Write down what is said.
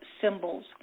symbols